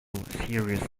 serious